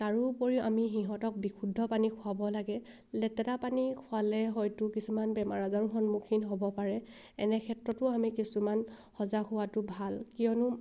তাৰোপৰিও আমি সিহঁতক বিশুদ্ধ পানী খোৱাব লাগে লেতেৰা পানী খোৱালে হয়তো কিছুমান বেমাৰ আজাৰো সন্মুখীন হ'ব পাৰে এনে ক্ষেত্ৰতো আমি কিছুমান সজাগ হোৱাটো ভাল কিয়নো